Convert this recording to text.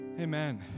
Amen